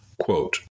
Quote